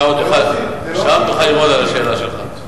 ושם תוכל ללמוד על השאלה שלך.